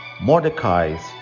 mordecai's